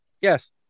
Yes